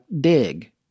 dig